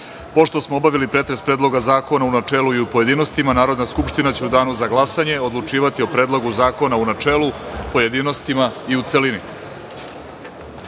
smo obavili pretres Predloga zakona u načelu i u pojedinostima, Narodna skupština će u Danu za glasanje odlučivati o Predlogu zakona u načelu, u pojedinostima i u